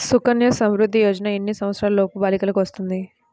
సుకన్య సంవృధ్ది యోజన ఎన్ని సంవత్సరంలోపు బాలికలకు వస్తుంది?